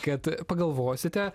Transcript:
kad pagalvosite